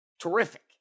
terrific